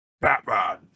Batman